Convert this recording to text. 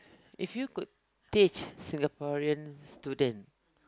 if you could teach Singaporean student